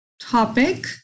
topic